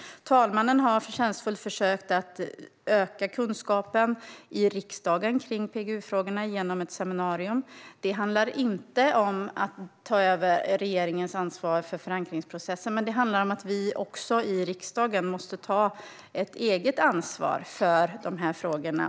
Talmannen har förtjänstfullt försökt att öka kunskapen i riksdagen om PGU-frågorna vid ett seminarium. Det handlar inte om att ta över regeringens ansvar för förankringsprocessen, men det handlar om att vi i riksdagen måste ta ett eget ansvar för frågorna.